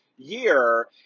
year